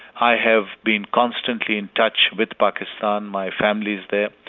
i have been constantly in touch with pakistan. my family is there,